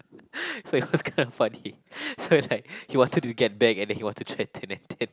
so it was kind of funny so is like he wanted to get back and wanted to threaten and then